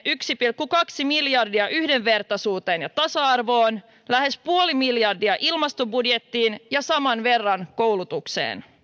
yksi pilkku kaksi miljardia yhdenvertaisuuteen ja tasa arvoon lähes puoli miljardia ilmastobudjettiin ja saman verran koulutukseen